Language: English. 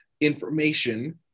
information